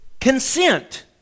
consent